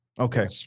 Okay